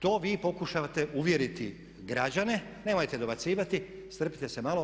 To vi pokušavate uvjeriti građane … [[Upadica se ne razumije.]] Nemojte dobacivati, strpite se malo.